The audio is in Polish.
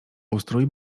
ustrój